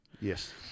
Yes